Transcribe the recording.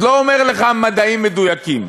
עוד לא אומר לך מדעים מדויקים,